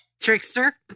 Trickster